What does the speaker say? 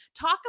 Talk